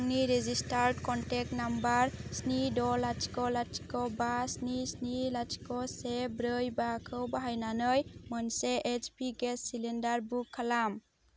आंनि registered contact number स्नि द' लाथिख' लाथिख' बा स्नि स्नि लाथिख' से ब्रै बाखौ बाहायनानै मोनसे H P gas cylinder book खालाम